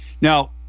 Now